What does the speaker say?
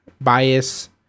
bias